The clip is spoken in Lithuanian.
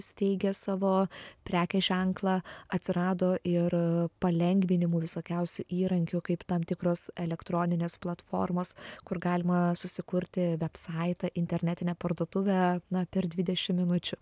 steigia savo prekės ženklą atsirado ir palengvinimų visokiausių įrankių kaip tam tikros elektroninės platformos kur galima susikurti vebsaitą internetinę parduotuvę na per dvidešim minučių